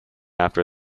after